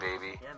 baby